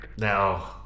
No